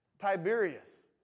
Tiberius